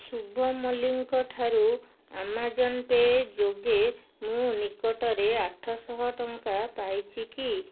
ଶୁଭମ୍ ମଲ୍ଲିକଙ୍କ ଠାରୁ Amazon pay' ଯୋଗେ ମୁଁ ନିକଟରେ ଆଠଶହ ଟଙ୍କା ପାଇଛି କି